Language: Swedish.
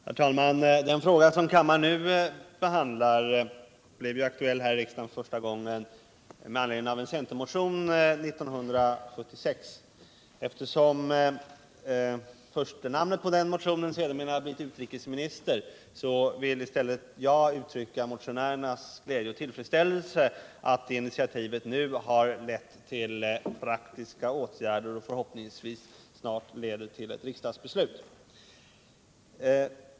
Herr talman! Den fråga som kammaren nu behandlar blev aktuell i riksdagen första gången med anledning av en centerpartimotion 1976. Eftersom den som stod som första namn på den motionen sedermera har blivit utrikesminister, vill i stället jag uttrycka motionärernas glädje över och tillfredsställelse med att initiativet nu har lett till praktiska åtgärder och förhoppningsvis snart leder till ett riksdagsbeslut.